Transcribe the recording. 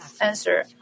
answer